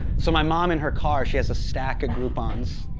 so, my mom in her car she has a stack of groupons,